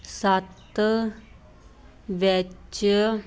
ਸੱਤ ਵਿੱਚ